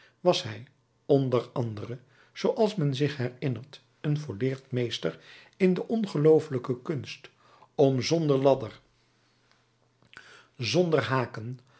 was hij onder andere zooals men zich herinnert een volleerd meester in de ongelooflijke kunst om zonder ladder zonder haken